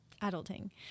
Adulting